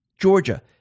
Georgia